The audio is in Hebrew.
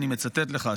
אני מצטט לך,